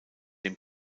dem